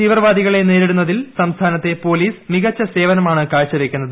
തീവ്രവാദികളെ നേരിടുന്നതിൽ സംസ്ഥാനത്തെ പൊല്ലീസ് മികച്ച സേവനമാണ് കാഴ്ചവയ്ക്കുന്നത്